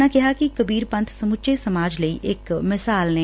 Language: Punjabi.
ਉਨ੍ਹਾਂ ਕਿਹਾ ਕਿ ਕਬੀਰ ਪੰਥ ਸਮੁੱਚੇ ਸਮਾਜ ਲਈ ਇਕ ਮਿਸਾਲ ਨੇ